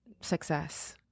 success